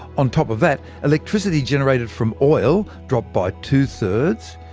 on top of that, electricity generated from oil dropped by two thirds,